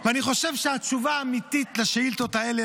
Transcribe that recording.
ואני חושב שהתשובה האמיתית לשאילתות האלה,